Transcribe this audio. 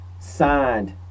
signed